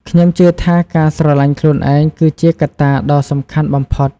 ខ្ញុំជឿថាការស្រឡាញ់ខ្លួនឯងគឺជាកត្តាដ៏សំខាន់បំផុត។